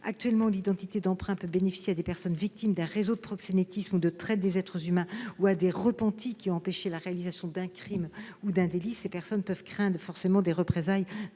Actuellement, l'identité d'emprunt peut bénéficier à des personnes victimes d'un réseau de proxénétisme ou de traite des êtres humains ou à des repentis qui ont empêché la réalisation d'un crime ou d'un délit. Ces personnes peuvent craindre des représailles de la part